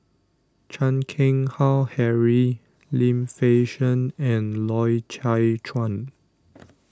Chan Keng Howe Harry Lim Fei Shen and Loy Chye Chuan